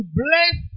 bless